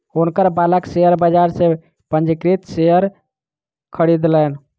हुनकर बालक शेयर बाजार सॅ पंजीकृत शेयर खरीदलैन